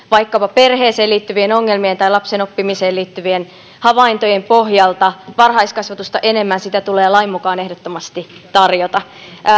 vaikkapa perheeseen liittyvien ongelmien tai lapsen oppimiseen liittyvien havaintojen pohjalta varhaiskasvatusta enemmän sitä tulee lain mukaan ehdottomasti tarjota